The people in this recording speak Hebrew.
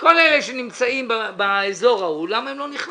כל אלה שנמצאים באזור ההוא, למה הם לא נכללים?